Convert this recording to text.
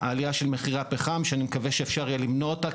העלייה של מחירי הפחם שאני מקווה שאפשר יהיה למנוע אותה.